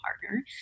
partner